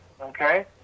okay